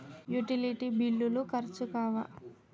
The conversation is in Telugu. యుటిలిటీ బిల్లులు ఖర్చు కావా?